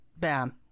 Bam